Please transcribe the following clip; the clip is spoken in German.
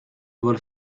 wurde